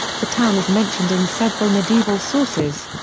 the town is mentioned in several medieval sources.